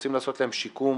כשרוצים לעשות להם שיקום